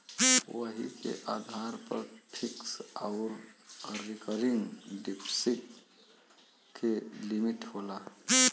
वही के आधार पर फिक्स आउर रीकरिंग डिप्सिट के लिमिट होला